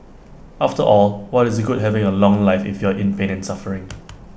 after all what is good having A long life if you're in pain and suffering